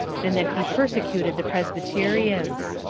and that he persecuted the presbyterians.